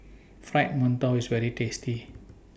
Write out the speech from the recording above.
Fried mantou IS very tasty